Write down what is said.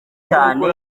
cyane